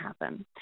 happen